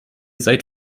seid